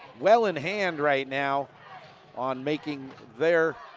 well in hand right now on making their